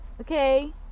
Okay